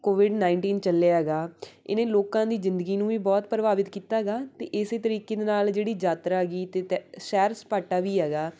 Covid nineteen ਚੱਲਿਆ ਹੈਗਾ ਇਹਨੇ ਲੋਕਾਂ ਦੀ ਜ਼ਿੰਦਗੀ ਨੂੰ ਵੀ ਬਹੁਤ ਪ੍ਰਭਾਵਿਤ ਕੀਤਾ ਹੈਗਾ ਅਤੇ ਇਸੇ ਤਰੀਕੇ ਦੇ ਨਾਲ ਜਿਹੜੀ ਯਾਤਰਾ ਹੈਗੀ ਅਤੇ ਤ ਸੈਰ ਸਪਾਟਾ ਵੀ ਹੈਗਾ